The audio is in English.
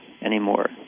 anymore